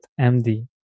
MD